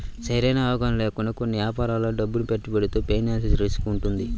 సరైన అవగాహన లేకుండా కొన్ని యాపారాల్లో డబ్బును పెట్టుబడితో ఫైనాన్షియల్ రిస్క్ వుంటది